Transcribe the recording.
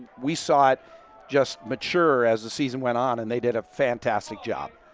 we saw it just mature as the season went on and they did a fantastic job.